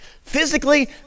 Physically